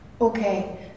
okay